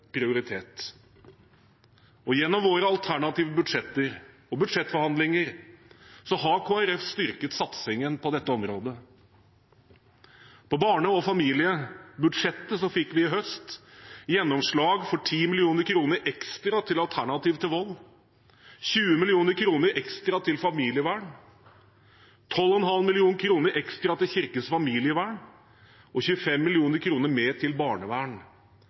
Gjennom våre alternative budsjetter og budsjettforhandlinger har Kristelig Folkeparti styrket satsingen på dette området. I barne- og familiebudsjettet fikk vi i høst gjennomslag for 10 mill. kr ekstra til Alternativ til Vold, 20 mill. kr ekstra til familievern, 12,5 mill. kr ekstra til Kirkens Familievern og 25 mill. kr mer til barnevern.